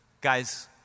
Guys